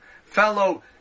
fellow